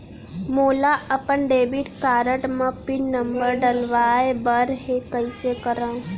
मोला अपन debit card म पिन नंबर डलवाय बर हे कइसे करव?